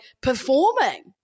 performing